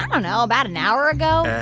um know. about an hour ago.